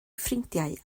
ffrindiau